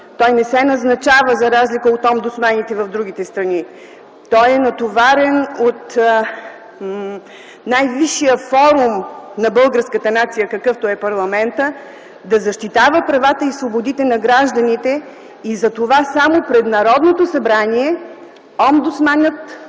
Той не се назначава, за разлика от омбудсманите в другите страни. Той е натоварен от най-висшия форум на българската нация, какъвто е парламентът, да защитава правата и свободите на гражданите и затова само пред Народното събрание омбудсманът изнася